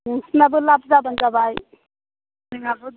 नोंसिनाबो लाभ जाब्लानो जाबाय जोंहाबो